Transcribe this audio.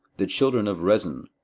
the children of rezin,